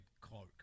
cloak